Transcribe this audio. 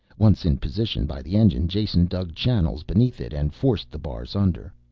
once in position by the engine, jason dug channels beneath it and forced the bars under.